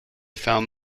found